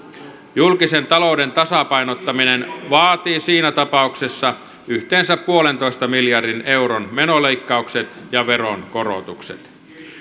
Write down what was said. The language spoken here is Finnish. julkisen talouden tasapainottaminen vaatii siinä tapauksessa yhteensä yhden pilkku viiden miljardin euron menoleikkaukset ja veronkorotukset